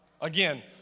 Again